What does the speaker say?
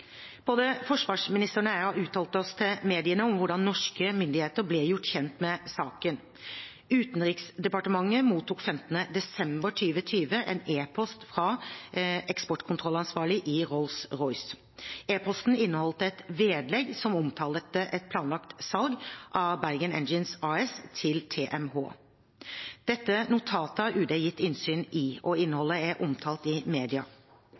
Både forsvarsministeren og jeg har uttalt oss til mediene om hvordan norske myndigheter ble gjort kjent med saken. Utenriksdepartementet mottok 15. desember 2020 en e-post fra eksportkontrollansvarlig i Rolls-Royce. E-posten inneholdt et vedlegg som omtalte et planlagt salg av Bergen Engines AS til TMH. Dette notatet har UD gitt innsyn i, og innholdet er omtalt i